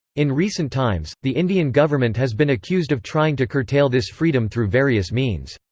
in recent times, the indian government has been accused of trying to curtail this freedom through various means.